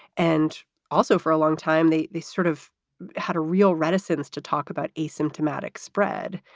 and also for a long time, they they sort of had a real reticence to talk about asymptomatic spread.